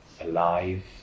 alive